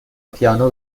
پیانو